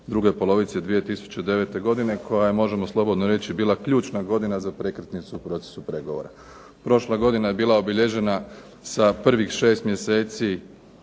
duge polovice 2009. godine koja je možemo reći bila ključna godina za prekretnicu u procesu pregovora. Prošla godina je bila obilježena sa prvih 6 mjesece